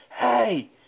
Hey